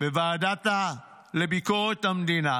בוועדה לביקורת המדינה